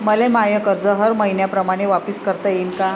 मले माय कर्ज हर मईन्याप्रमाणं वापिस करता येईन का?